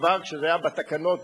שכבר כשזה היה בתקנות,